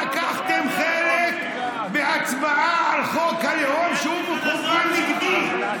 לקחתם חלק בהצבעה על חוק הלאום, שהוא מכוון נגדי?